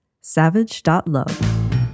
savage.love